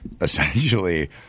essentially